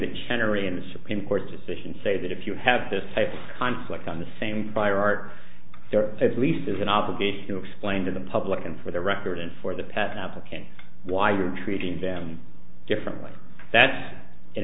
the supreme court's decision say that if you have this type of conflict on the same fire art there at least is an obligation to explain to the public and for the record and for the patent application why you're treating them differently that's an